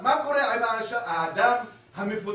מה קורה עם האדם המפוטר?